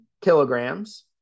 kilograms